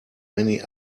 many